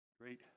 great